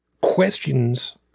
questions